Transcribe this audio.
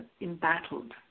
embattled